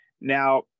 Now